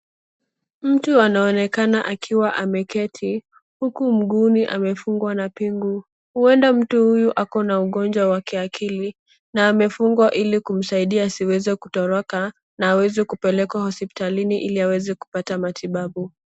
Mtu anaonekana akiwa ameketi huku mguuni amefungwa na pingu, huenda mtu huyu ako na ugonjwa wa kiakili na amefungwa ili kumsaidia asiweze kutoroka na awezwe kupelekwa hospitalini ili aweze kupata matibabu.